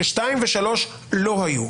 שהרמות השנייה והשלישית לא היו.